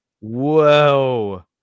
whoa